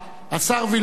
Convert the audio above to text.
השר וילנאי,